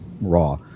raw